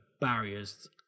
barriers